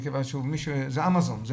זה אמזון,